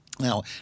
Now